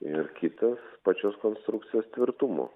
ir kitas pačios konstrukcijos tvirtumo